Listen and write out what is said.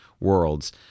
worlds